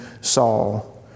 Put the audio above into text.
Saul